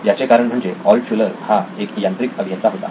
याचे कारण म्हणजे ऑल्टशुलर हा एक यांत्रिक अभियंता होता